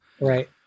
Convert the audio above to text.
Right